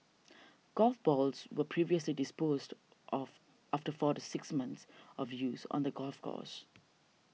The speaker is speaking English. golf balls were previously disposed of after four to six months of use on the golf course